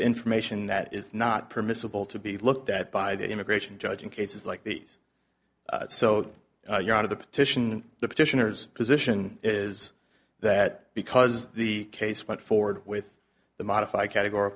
information that is not permissible to be looked at by the immigration judge in cases like these so you're out of the petition the petitioners position is that because the case went forward with the modify categor